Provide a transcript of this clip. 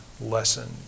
Lesson